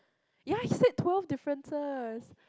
ya he said twelve differences